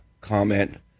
comment